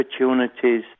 opportunities